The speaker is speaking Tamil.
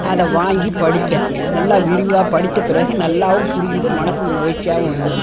அதை வாங்கி படித்தேன் நல்லா விரிவாக படித்த பிறகு நல்லாவும் புரிஞ்சுது மனதுக்கு மகிழ்ச்சியாகவும் இருந்தது